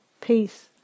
peace